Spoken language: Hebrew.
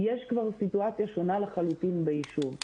יש כבר סיטואציה שונה לחלוטין ביישוב.